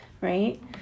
right